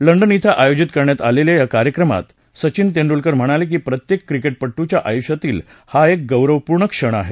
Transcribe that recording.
London क्वे आयोजित करण्यात आलेल्या या कार्यक्रमात सचिन तेंडूलकर म्हणाले की प्रत्येक क्रिकेटपटूच्या आयुष्यातील हा एक गौरवपूर्ण क्षण आहे